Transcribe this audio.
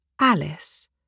Alice